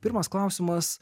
pirmas klausimas